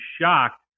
shocked